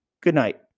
goodnight